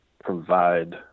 provide